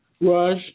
Raj